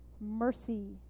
mercy